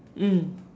mm